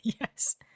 yes